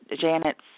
Janet's